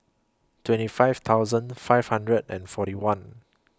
twenty five thousand five hundred and forty one